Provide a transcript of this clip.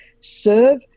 serve